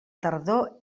tardor